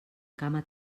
cama